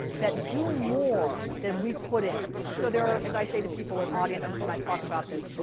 that do more than we put in, so there are, as i say to people and audiences when i talk about this,